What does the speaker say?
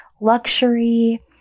luxury